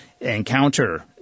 encounter